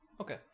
Okay